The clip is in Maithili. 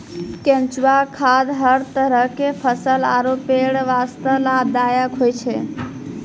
केंचुआ खाद हर तरह के फसल आरो पेड़ वास्तॅ लाभदायक होय छै